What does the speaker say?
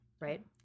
Right